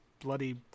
bloody